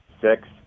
six